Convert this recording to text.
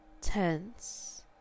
Tense